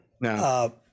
no